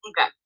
okay